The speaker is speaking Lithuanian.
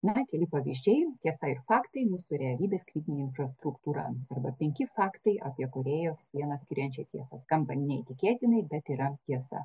na keli pavyzdžiai tiesa ir faktai mūsų realybės kritinė infrastruktūra arba penki faktai apie kūrėjo sieną skiriančią tiesą skamba neįtikėtinai bet yra tiesa